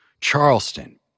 Charleston